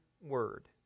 word